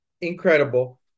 incredible